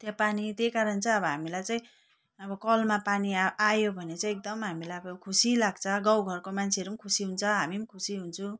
त्यो पानी त्यही कारण चाहिँ अब हामीलाई चाहिँ अब कलमा पानी आयो भने चाहिँ एकदम हामीलाई अब खुसी लाग्छ गाउँ घरको मान्छेहरू पनि खुसी हुन्छ हामी पनि खुसी हुन्छौँ